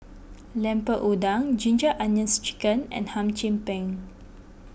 Lemper Udang Ginger Onions Chicken and Hum Chim Peng